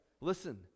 Listen